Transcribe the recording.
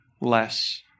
less